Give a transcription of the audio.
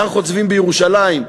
בהר-חוצבים בירושלים,